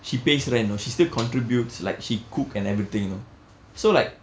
she pays rent you know she still contributes like she cook and everything you know so like